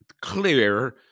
clear